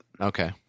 Okay